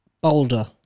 Boulder